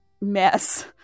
mess